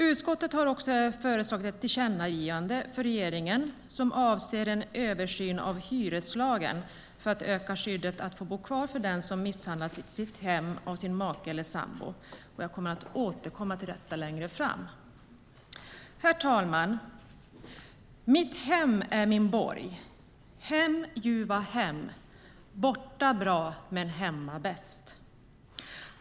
Utskottet har också föreslagit ett tillkännagivande till regeringen. Det avser en översyn av hyreslagen för att öka skyddet att få bo kvar för den som misshandlats i sitt hem av sin make eller sambo. Jag återkommer till detta längre fram. Herr talman! "Mitt hem är min borg." "Hem, ljuva hem." "Borta bra, men hemma bäst."